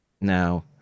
Now